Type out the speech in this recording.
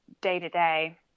day-to-day